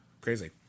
Crazy